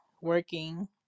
working